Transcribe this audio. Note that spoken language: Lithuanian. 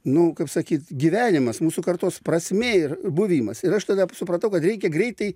nu kaip sakyt gyvenimas mūsų kartos prasmė ir buvimas ir aš tada supratau kad reikia greitai